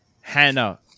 Hannah